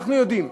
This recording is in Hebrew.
אנחנו יודעים,